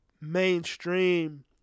mainstream